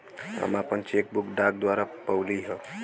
हम आपन cheque book डाक द्वारा पउली है